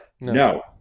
No